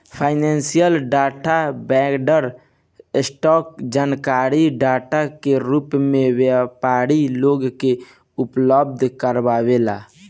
financial data vendor, stock जानकारी data के रूप में व्यापारी लोग के उपलब्ध कारावेला